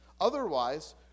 Otherwise